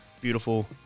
Beautiful